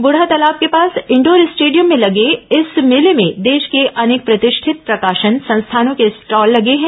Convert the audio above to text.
बूढ़ातालाब के पास indoor stadium में लगे इस मेले में देश के अनेक प्रतिष्ठित प्रकाशन संस्थानों के स्टॉल लगे हैं